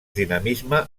dinamisme